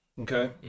okay